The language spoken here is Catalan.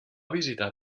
visitar